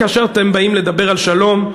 כאשר אתם באים לדבר על שלום,